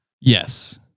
Yes